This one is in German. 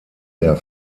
der